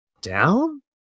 down